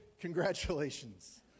congratulations